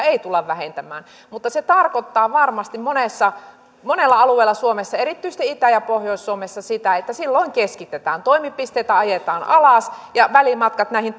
ei tulla vähentämään mutta se tarkoittaa varmasti monella alueella suomessa erityisesti itä ja pohjois suomessa sitä että silloin keskitetään toimipisteitä ajetaan alas ja välimatkat näihin